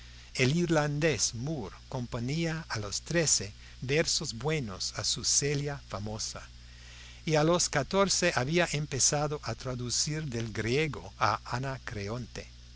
el irlandés moore componía a los trece versos buenos a su celia famosa y a los catorce había empezado a traducir del griego a anacreonte en